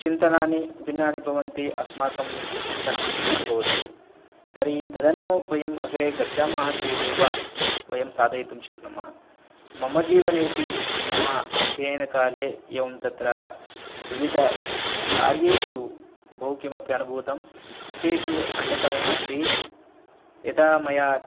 चिन्तनानि भिन्नानि भवन्ति अस्माकं चिन्तनं भिन्नं भवति तर्हि तदनु वयं अग्रे गच्छामः चेदेव वयं साधयितुं शक्नुमः मम जीवनेऽपि मम अध्ययनकाले एवं तत्र विविधकार्येषु बहुकिमपि अनुभूतं तेषु अन्यतमम् अस्ति यदा मया